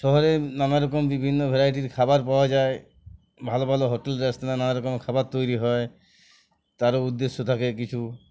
শহরে নানারকম বিভিন্ন ভ্যারাইটির খাবার পাওয়া যায় ভালো ভালো হোটেল রাস্তায় নানারকম খাবার তৈরি হয় তারও উদ্দেশ্য থাকে কিছু